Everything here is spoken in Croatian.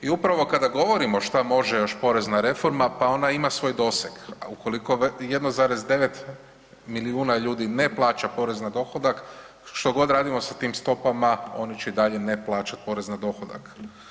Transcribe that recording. I upravo kada govorimo šta može još porezna reforma, pa ona ima svoj doseg, a ukoliko 1,9 milijuna ljudi ne plaća porez na dohodak što god radimo sa tim stopama oni će i dalje ne plaćati porez na dohodak.